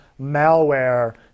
malware